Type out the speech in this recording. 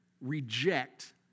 reject